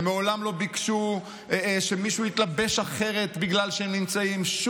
הם מעולם לא ביקשו שמישהו יתלבש אחרת בגלל שהם נמצאים.